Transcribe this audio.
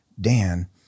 Dan